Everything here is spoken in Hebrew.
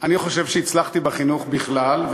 אני חושב שהצלחתי בחינוך בכלל,